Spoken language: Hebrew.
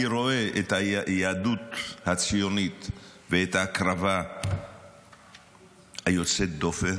אני רואה את היהדות הציונית ואת ההקרבה היוצאת דופן,